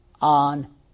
on